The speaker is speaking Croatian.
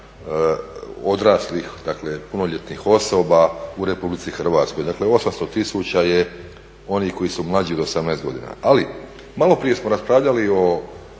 odraslih dakle punoljetnih osoba u Republici Hrvatskoj, dakle 800 000 je onih koji su mlađi od 18 godina. Ali maloprije smo raspravljali